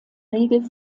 regel